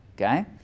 Okay